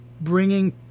bringing